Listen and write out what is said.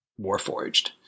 warforged